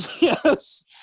yes